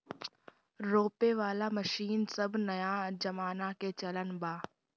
रोपे वाला मशीन सब नया जमाना के चलन बा